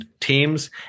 teams